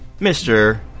Mr